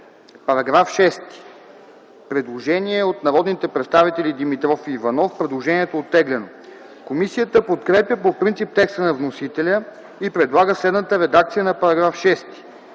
Постъпило е предложение от народните представители Димитров и Иванов, което е оттеглено. Комисията подкрепя по принцип текста на вносителя и предлага следната редакция на § 10: „§